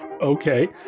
Okay